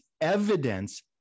evidence